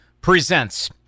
Presents